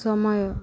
ସମୟ